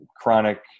chronic